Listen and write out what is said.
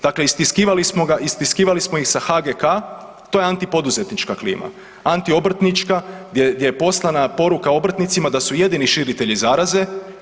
Dakle, istiskivali smo ga, istiskivali smo ih sa HGK-a, to je antipoduzetnička klima, antiobrtnička gdje je poslana poruka obrtnicima da su jedini širitelji zaraze.